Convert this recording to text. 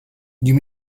you